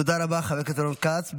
תודה רבה, חבר הכנסת רון כץ.